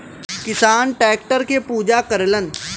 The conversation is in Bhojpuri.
किसान टैक्टर के पूजा करलन